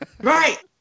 Right